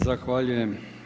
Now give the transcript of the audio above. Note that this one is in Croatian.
Zahvaljujem.